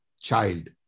child